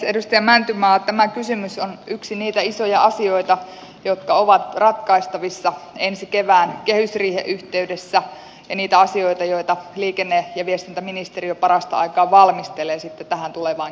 edustaja mäntymaa tämä kysymys on yksi niitä isoja asioita jotka ovat ratkaistavissa ensi kevään kehysriihen yhteydessä ja niitä asioita joita liikenne ja viestintäministeriö parasta aikaa valmistelee tähän tulevaan keskusteluun